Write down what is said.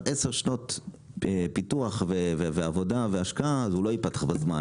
עשר שנות פיתוח ועבודה והשקעה אז הוא לא ייפתח בזמן